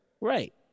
Right